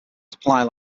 supply